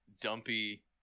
dumpy